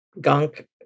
gunk